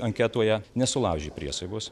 anketoje nesulaužė priesaikos